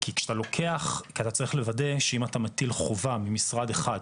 כי אתה צריך לוודא שאם אתה מטיל חובה ממשרד אחד,